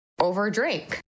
overdrink